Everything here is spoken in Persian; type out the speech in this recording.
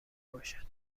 باشد